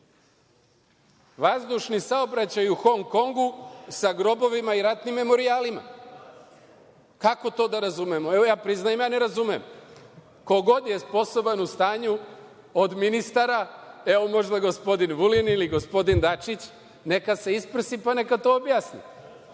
Vazdušni saobraćaj u Hong Kongu sa grobovima i ratnim memorijalima. Kako to da razumemo? Evo ja priznajem, ja ne razumem. Ko god je sposoban u stanju od ministara, možda gospodin Vulin ili gospodin Dačić, neka se isprsi pa neka to objasni. Idemo